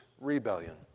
rebellion